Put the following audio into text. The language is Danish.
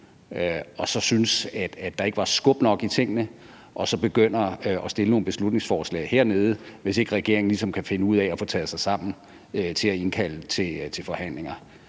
har syntes, at der ikke var skub nok i tingene, og begynder at fremsætte nogle beslutningsforslag hernede, når ikke regeringen ligesom kan finde ud af at få taget sig sammen til at indkalde til forhandlinger